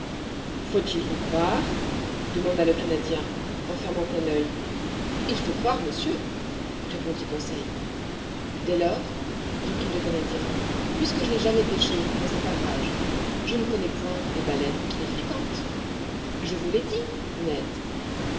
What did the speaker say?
faut-il vous croire demanda le canadien en fermant un oeil il faut croire monsieur répondit conseil dès lors reprit le canadien puisque je n'ai jamais pêché dans ces parages je ne connais point les baleines qui les fréquentent je vous l'ai dit ned